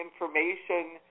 information